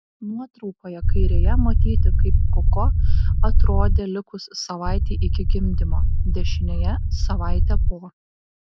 nuotraukoje kairėje matyti kaip koko atrodė likus savaitei iki gimdymo dešinėje savaitė po